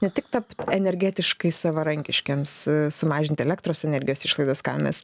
ne tik tap energetiškai savarankiškiems sumažint elektros energijos išlaidas ką mes